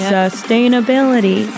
Sustainability